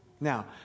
Now